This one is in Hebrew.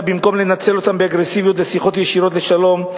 במקום לנצל אותם באגרסיביות לשיחות ישירות לשלום,